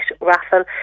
raffle